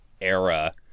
era